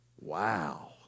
Wow